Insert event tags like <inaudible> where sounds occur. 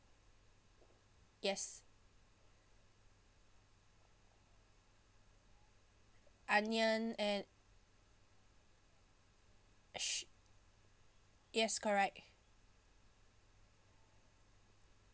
yes onion and <noise> yes correct